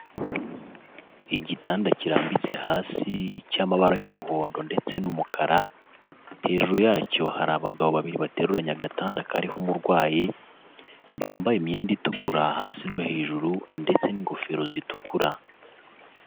Igitanda kirambitse hasi cy'amabara y'umuhondo ndetse n'umukara, hejuru yacyo hari abagabo babiri bateruranye agatanda kariho umurwayi, bambaye imyenda itukura hasi no hejuru ndetse n'ingofero zitukura.